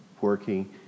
working